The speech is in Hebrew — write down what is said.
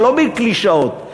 ולא בקלישאות,